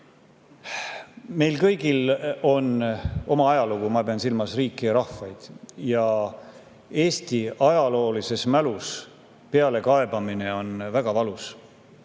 Meil kõigil on oma ajalugu – ma pean silmas riike ja rahvaid – ning Eesti ajaloolises mälus [püsib] pealekaebamine väga valusa